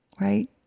right